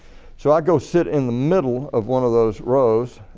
so i go sit in the middle of one of those rows